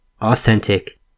Authentic